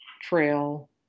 trail